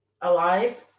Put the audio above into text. alive